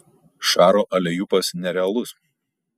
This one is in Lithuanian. šaro aleiupas nerealus